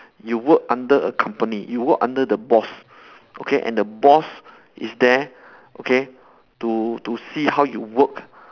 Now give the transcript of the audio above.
you work under a company you work under the boss okay and the boss is there okay to to see how you work